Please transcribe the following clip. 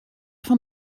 fan